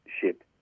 ship